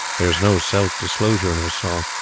there is no self-disclosure in his song.